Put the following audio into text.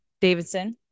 Davidson